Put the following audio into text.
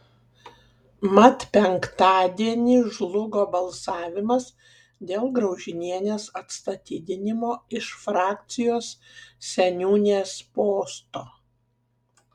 mat penktadienį žlugo balsavimas dėl graužinienės atstatydinimo iš frakcijos seniūnės posto